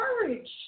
courage